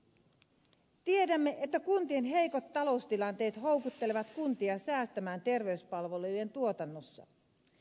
tiedämme että kuntien heikot taloustilanteet houkuttelevat kuntia säästämään terveyspalvelujen tuotannossa